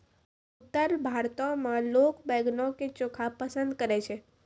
उत्तर भारतो मे लोक बैंगनो के चोखा पसंद करै छै